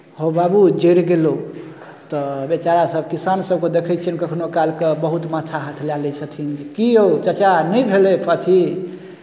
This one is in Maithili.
हौ बाबू जड़ि गेलौ तऽ बेचारा सभ किसानसभकेँ देखै छियनि कखनहु कालके बहुत माथा हाथ लए लैत छथिन कि यौ चाचा नहि भेलै फ अथी